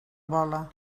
bola